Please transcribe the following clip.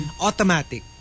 Automatic